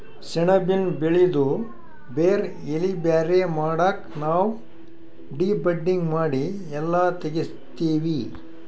ಸೆಣಬಿನ್ ಬೆಳಿದು ಬೇರ್ ಎಲಿ ಬ್ಯಾರೆ ಮಾಡಕ್ ನಾವ್ ಡಿ ಬಡ್ಡಿಂಗ್ ಮಾಡಿ ಎಲ್ಲಾ ತೆಗಿತ್ತೀವಿ